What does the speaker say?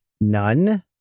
None